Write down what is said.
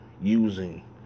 using